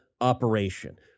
operation